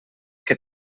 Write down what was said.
que